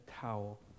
towel